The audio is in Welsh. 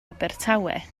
abertawe